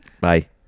Bye